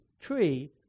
tree